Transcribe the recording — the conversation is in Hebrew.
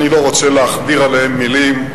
אני לא רוצה להכביר עליהן מלים.